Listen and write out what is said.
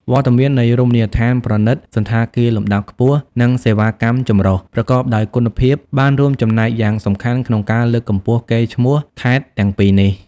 វត្តមាននៃ រមណីយដ្ឋានប្រណីត សណ្ឋាគារលំដាប់ខ្ពស់ និង សេវាកម្មចម្រុះ ប្រកបដោយគុណភាព បានរួមចំណែកយ៉ាងសំខាន់ក្នុងការ លើកកម្ពស់កេរ្តិ៍ឈ្មោះ ខេត្តទាំងពីរនេះ។